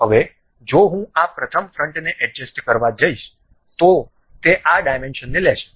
હવે જો હું આ પ્રથમ ફ્રન્ટને એડજસ્ટ કરવા જઈશ તો તે આ ડાયમેન્શનને લેશે